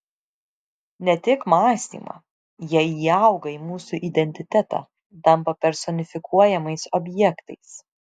ne tik mąstymą jie įauga į mūsų identitetą tampa personifikuojamais objektais